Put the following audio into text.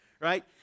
right